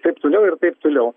taip toliau ir taip toliau